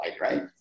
right